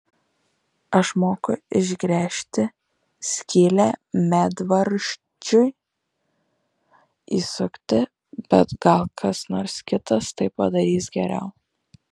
aš moku išgręžti skylę medvaržčiui įsukti bet gal kas nors kitas tai padarys geriau